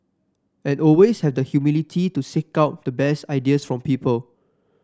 and always have the humility to seek out the best ideas from people